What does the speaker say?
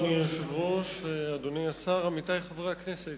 אדוני היושב-ראש, אדוני השר, עמיתי חברי הכנסת,